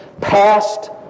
Past